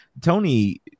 Tony